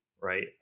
right